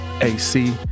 AC